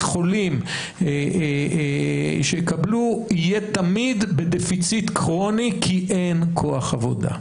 חולים שיקבלו יהיה תמיד בדפיציט כרוני כי אין כוח עבודה.